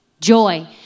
joy